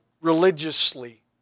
religiously